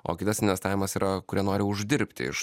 o kitas investavimas yra kurie nori uždirbti iš